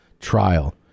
trial